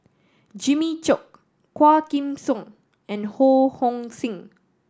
Jimmy Chok Quah Kim Song and Ho Hong Sing